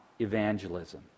evangelism